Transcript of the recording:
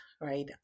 right